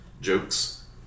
jokes